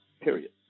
Period